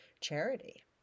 charity